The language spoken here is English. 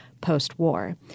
post-war